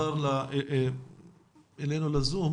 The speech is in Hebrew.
אז אני מסביר לך גברתי,